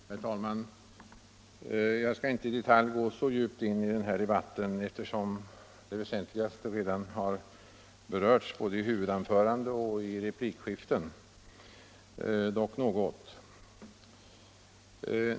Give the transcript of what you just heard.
Herr talman! Jag skall inte gå så djupt in i detaljerna i den här debatten, eftersom det väsentligaste redan har berörts i både huvudanföranden och replikskifte. Jag skall dock anföra något.